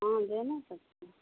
हाँ देना सकते